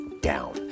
down